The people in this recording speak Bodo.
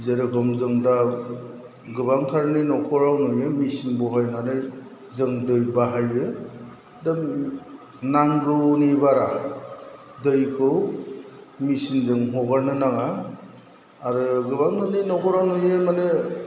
जेराव दं जों दा गोबांथारनि न'खराव नुयो दै मेसिन बहायनानै जों दै बाहायो दा नांगौनि बारा दैखौ मेसिनजों हगारनो नाङा आरो गोबां मानि न'खराव नुयो माने